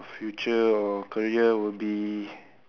future or career would be